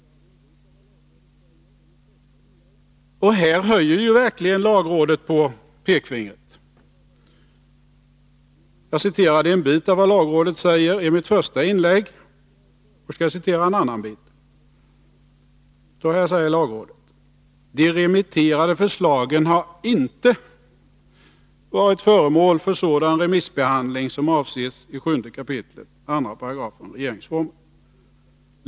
Här höjer verkligen lagrådet på pekfingret. Jag citerade en bit i mitt första inlägg. Nu skall jag citera en annan bit: ”De remitterade förslagen har inte varit föremål för sådan remissbehandling som avses i 7 kap. 2 § regeringsformen.